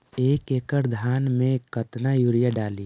एक एकड़ धान मे कतना यूरिया डाली?